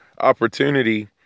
opportunity